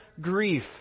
grief